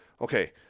okay